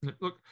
Look